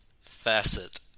facet